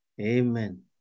Amen